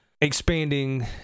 expanding